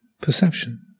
perception